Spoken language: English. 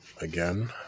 Again